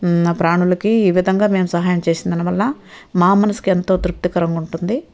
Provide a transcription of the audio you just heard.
ఆ ప్రాణులకి ఈ విధంగా మేము సహాయం చేసిన దాని వల్ల మా మనసుకి ఎంతో తృప్తికరంగా ఉంటుంది